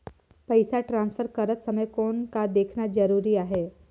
पइसा ट्रांसफर करत समय कौन का देखना ज़रूरी आहे?